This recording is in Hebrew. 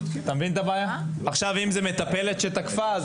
אם זאת מטפלת שתקפה,